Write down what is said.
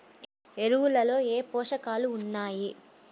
ఎరువులలో ఏ పోషకాలు ఉన్నాయి?